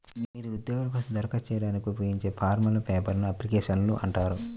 మీరు ఉద్యోగాల కోసం దరఖాస్తు చేయడానికి ఉపయోగించే ఫారమ్లను పేపర్ అప్లికేషన్లు అంటారు